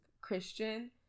Christian